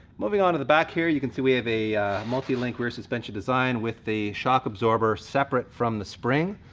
moving on to the back here you can see we have a multi-link rear suspension design with the shock absorber separate from the spring,